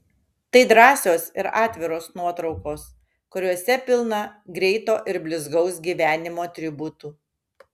tai drąsios ir atviros nuotraukos kuriose pilna greito ir blizgaus gyvenimo atributų